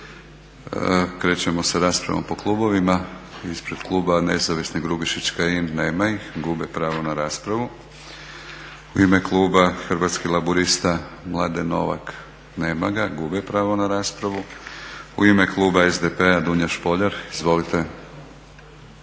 Hrvatskih laburista Mladen Novak, nema ga, gubi pravo na raspravu. U ime kluba SDP-a Dunja Špoljar. Izvolite.